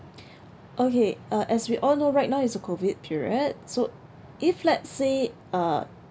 okay uh as we all know right now is the COVID period so if let's say uh